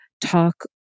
talk